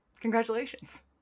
Congratulations